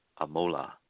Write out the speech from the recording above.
AMOLA